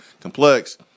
complex